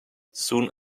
soon